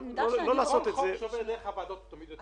כל חוק שעובר דרך הוועדות הוא תמיד יותר טוב.